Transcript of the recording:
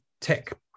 tech